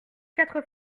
quatre